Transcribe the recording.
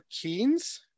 Keynes